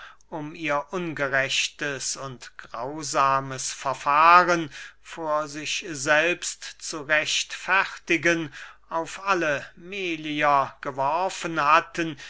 um ihr ungerechtes und grausames verfahren vor sich selbst zu rechtfertigen auf alle melier geworfen hatten